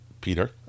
Peter